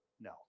No